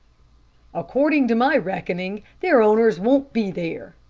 according to my reckoning, their owners won't be there,